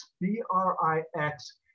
B-R-I-X